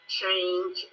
change